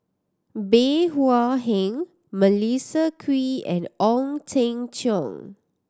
Bey Hua Heng Melissa Kwee and Ong Teng Cheong